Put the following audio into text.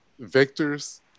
vectors